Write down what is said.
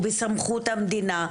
ובסמכות המדינה,